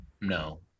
No